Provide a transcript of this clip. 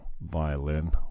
violin